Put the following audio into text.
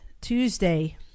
Tuesday